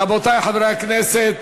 רבותי חברי הכנסת,